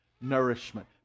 nourishment